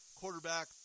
quarterback